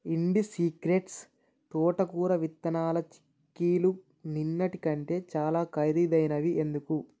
ఇండి secrets తోటకూర విత్తనాల చిక్కీలు నిన్నటి కంటే చాలా ఖరీదైనవి ఎందుకు